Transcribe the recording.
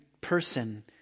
person